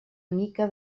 mica